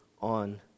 on